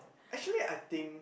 actually I think